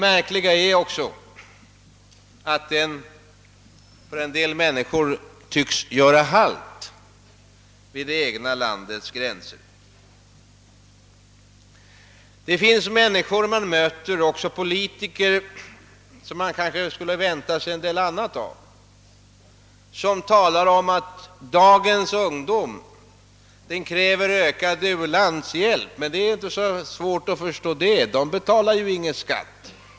Märkligt är också att den för en del människor tycks göra halt vid det egna landets gränser. Man möter ibland människor — även politiker, vilka man kanske skulle vänta sig litet mera av — som talar om att det inte är så svårt att förstå att dagens ungdomar kräver ökad u-landshjälp, eftersom de inte betalar någon skatt.